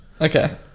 okay